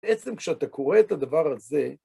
בעצם כשאתה קורא את הדבר הזה,